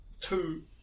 two